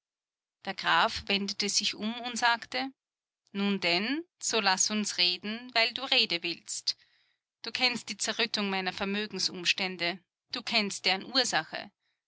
der graf wendete sich um und sagte nun denn so laß uns reden weil du rede willst du kennst die zerrüttung meiner vermögensumstände du kennst deren ursache